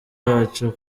bacu